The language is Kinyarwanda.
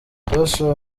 joshua